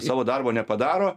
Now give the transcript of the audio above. savo darbo nepadaro